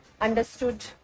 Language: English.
understood